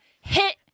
hit